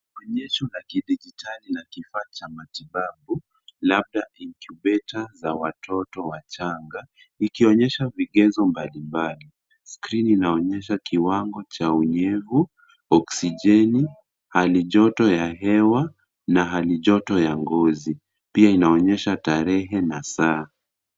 Ujenzi wa kidigitali na kifaa cha matibabu, labda incubator za watoto wachanga, ikioyesha vigezo mbalimbali. Skrini inaonyesha kiwango cha unyevu, oxigeni, hali joto ya hewa na hali joto ya ngozi. Pia inaonyesha tarehe na saa.